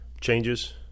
changes